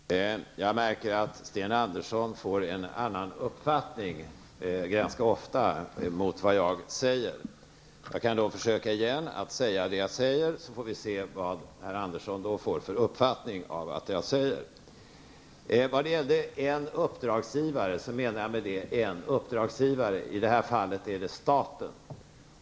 Herr talman! Jag märker att Sten Andersson i Malmö ofta uppfattar det jag säger som något annat än vad jag har sagt. Jag skall då försöka igen, så får jag se hur Sten Andersson uppfattar det. Med en uppdragsgivare menar jag i det här fallet staten.